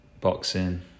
boxing